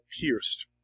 pierced